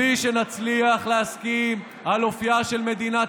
בלי שנצליח להסכים על אופייה של מדינת